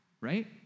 right